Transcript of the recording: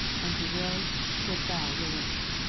and to will what thou willedst.